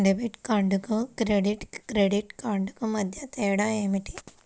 Debit కార్డుకు credit credit కార్డుకు మధ్య తేడా ఏమిటీ?